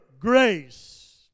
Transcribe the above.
grace